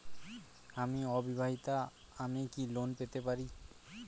আমি অবিবাহিতা আমি কি লোন পেতে পারি?